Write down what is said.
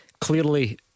clearly